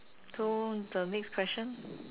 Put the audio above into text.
so the next question